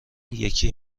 یکی